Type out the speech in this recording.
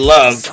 Love